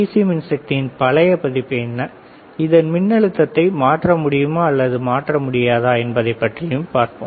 C மின்சக்தியின் பழைய பதிப்பு என்ன இதன் மின்னழுத்தத்தை மாற்ற முடியுமா அல்லது மாற்ற முடியாதா என்பது பற்றியும் பார்ப்போம்